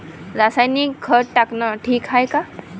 रासायनिक खत टाकनं ठीक हाये का?